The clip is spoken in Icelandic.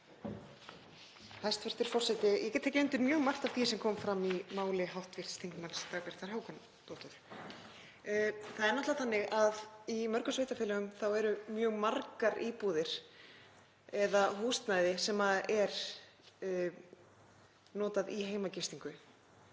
Það er náttúrlega þannig að í mörgum sveitarfélögum eru mjög margar íbúðir eða húsnæði sem er notað í heimagistingu